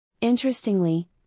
Interestingly